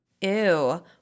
Ew